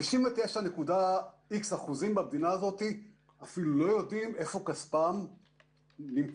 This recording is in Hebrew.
99 נקודה אקס אחוזים במדינה הזאת אפילו לא יודעים איפה כספם נמצא.